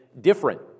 different